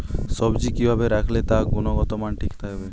সবজি কি ভাবে রাখলে তার গুনগতমান ঠিক থাকবে?